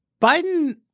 Biden